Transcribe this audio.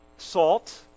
salt